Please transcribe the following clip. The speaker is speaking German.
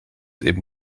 eben